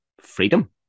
freedom